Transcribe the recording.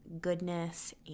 goodness